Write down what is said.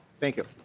thank you.